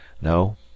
No